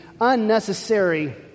unnecessary